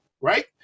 right